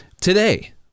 today